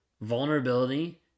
vulnerability